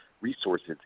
resources